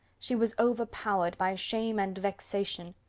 she was overpowered by shame and vexation.